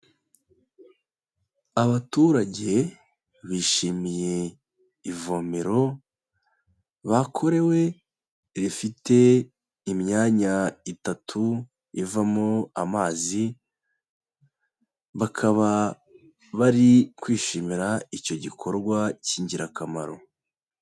Abaturage bishimiye ivomero bakorewe rifite imyanya itatu ivamo amazi, bakaba bari kwishimira icyo gikorwa k'ingirakamaro.